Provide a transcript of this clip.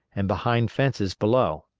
and behind fences below.